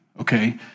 Okay